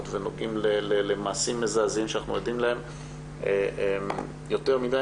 ונוגעים למעשים מזעזעים שאנחנו עדים להם יותר מדי,